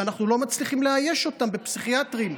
ואנחנו לא מצליחים לאייש אותם בפסיכיאטרים.